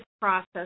process